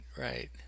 right